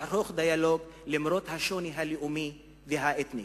לערוך דיאלוג, למרות השוני הלאומי והאתני.